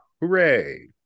hooray